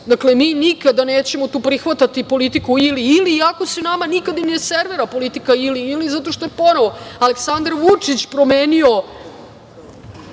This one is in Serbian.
Dakle, mi nikada nećemo tu prihvati politiku ili-ili, iako se nama nikad ni ne servira politika ili-ili zato što je ponovo Aleksandar Vučić promenio